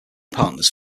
partners